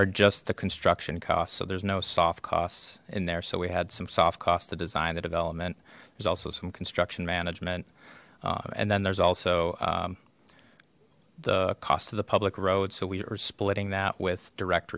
are just the construction cost so there's no soft costs in there so we had some soft cost to design a development there's also some construction management and then there's also the cost of the public road so we are splitting that with direct